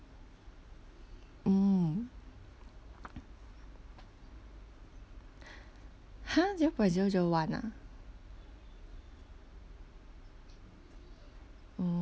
mm !huh! zero point zero zero one ah mm